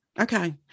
Okay